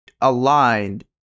aligned